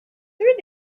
three